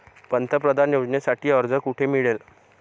पंतप्रधान योजनेसाठी अर्ज कुठे मिळेल?